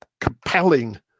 compelling